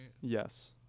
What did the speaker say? yes